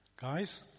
guys